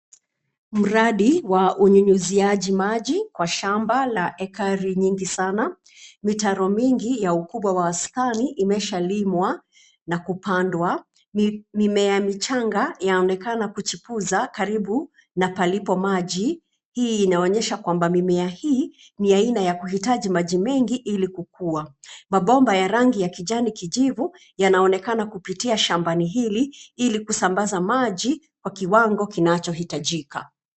Mradi wa unyunyiziaji maji Kwa shamba la ekari nyingi sana. Mitaro mingi ya ukubwa wa wastani imeshalimwa na kupandwa. Mimea michanga inaonekana kuchipuza karibu na palipo maji. Hii inaonyesha kwamba mimea hii ni ya aina ya kuhitaji maji mengi ili kukua. Mabomba ya rangi ya kijivu yanaonekana kupitia shambani humu ili kusambaza maji Kwa kiwango kinachohitajika.